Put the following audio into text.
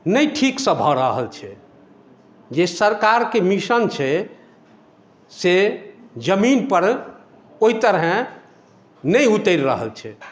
नहि ठीकसँ भऽ रहल छै जे सरकार के मिशन छै से जमीन पर ओहि तरहे नहि उतरि रहल छै